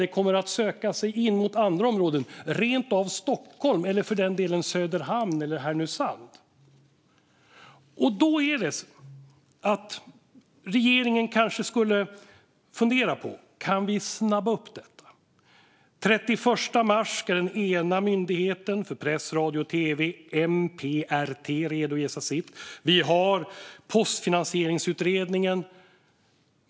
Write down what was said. Det kommer att söka sig in mot andra områden, rent av till Stockholm eller för den delen Söderhamn eller Härnösand. Regeringen kanske skulle fundera på om vi kan snabba upp detta. Den 31 mars ska Myndigheten för press, radio och tv, MPRT, redovisa sitt uppdrag. Vi har också Postfinansieringsutredningen.